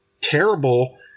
terrible